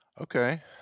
Okay